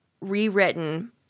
rewritten